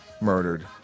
murdered